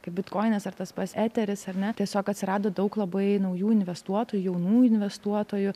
kaip bitkoinas ar tas pats eteris ar ne tiesiog atsirado daug labai naujų investuotojų jaunų investuotojų